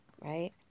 right